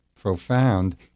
profound